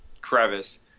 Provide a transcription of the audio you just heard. crevice